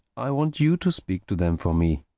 i want you to speak to them for me.